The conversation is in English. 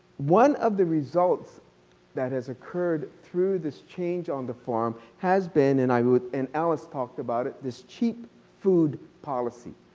one of the results that has occurred through this change on the farm has been and i and talked about it this cheap food policy,